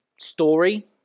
story